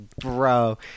bro